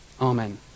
Amen